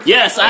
Yes